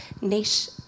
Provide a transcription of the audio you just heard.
niche